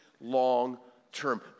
long-term